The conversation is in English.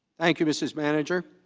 thank you mismanage or